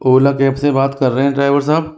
ओला cab से बात कर रहे हैं ड्राइवर साहब